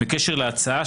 בקשר להצעה,